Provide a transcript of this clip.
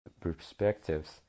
perspectives